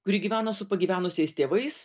kuri gyveno su pagyvenusiais tėvais